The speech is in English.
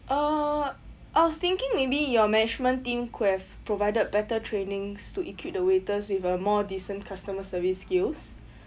uh I was thinking maybe your management team could have provided better trainings to equip the waiters with a more decent customer service skills